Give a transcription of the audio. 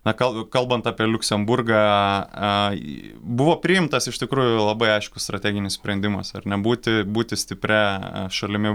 na kalba kalbant apie liuksemburgą buvo priimtas iš tikrųjų labai aiškus strateginis sprendimas ar ne būti būti stipria šalimi